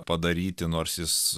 padaryti nors jis